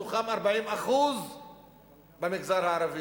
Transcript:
מתוכן 40% במגזר הערבי.